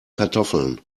kartoffeln